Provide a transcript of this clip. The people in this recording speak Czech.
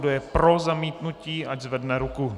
Kdo je pro zamítnutí, ať zvedne ruku.